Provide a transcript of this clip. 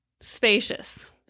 Spacious